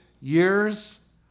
years